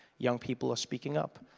young people are speaking up.